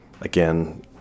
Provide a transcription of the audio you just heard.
again